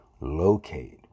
locate